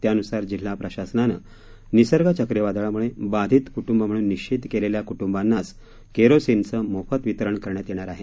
त्यानुसार जिल्हा प्रशासनाने निसर्ग चक्रीवादळामुळे बाधित कृटूंब निश्चित केलेल्या क्टुंबांनाच केरोसिनचे मोफत वितरण करण्यात येणार आहे